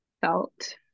felt